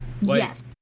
Yes